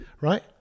right